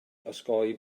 osgoi